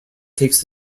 takes